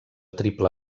triple